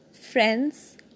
friends